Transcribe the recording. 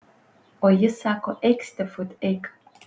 o jis sako eik stefut eik